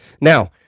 now